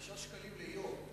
5 שקלים ליום.